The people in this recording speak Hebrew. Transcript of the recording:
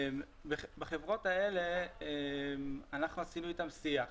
בחברות האלה אנחנו עשינו איתם שיח,